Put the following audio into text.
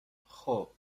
خوب